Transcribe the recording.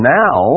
now